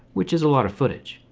which is a lot of footage.